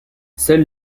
seuls